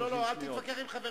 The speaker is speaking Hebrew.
לא, לא, אל תתווכח עם חבריך.